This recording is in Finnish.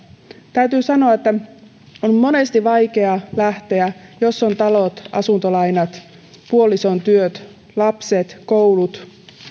täytyy sanoa että on monesti vaikeaa lähteä työn perässä toiselle puolen suomea jos on talot asuntolainat puolison työt lapset koulut